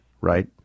right